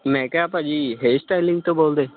ਮੈਂ ਕਿਹਾ ਭਾਅ ਜੀ ਹੇਅਰ ਸਟਾਇਲਿੰਗ ਤੋਂ ਬੋਲਦੇ